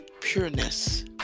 pureness